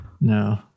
No